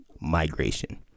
migration